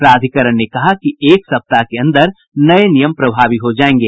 प्राधिकरण ने कहा कि एक सप्ताह के अंदर नये नियम प्रभावी हो जायेंगे